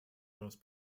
most